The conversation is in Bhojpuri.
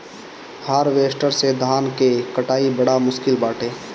हार्वेस्टर से धान कअ कटाई बड़ा मुश्किल बाटे